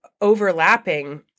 overlapping